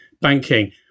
banking